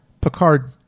Picard